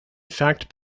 fact